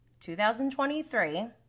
2023